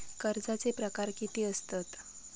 कर्जाचे प्रकार कीती असतत?